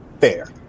fair